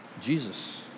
Jesus